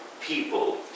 people